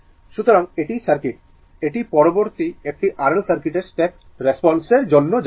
সুতরাং এটি সার্কিট এটি পরবর্তী একটি R L সার্কিটের স্টেপ রেসপন্সর জন্য যাব